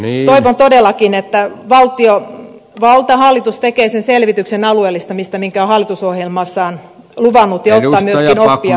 toivon todellakin että valtiovalta hallitus tekee sen selvityksen alueellistamisesta minkä on hallitusohjelmassaan luvannut ja ottaa myöskin oppia siitä